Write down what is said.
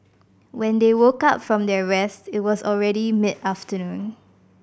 when they woke up from their rest it was already mid afternoon